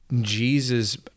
Jesus